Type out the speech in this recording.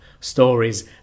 stories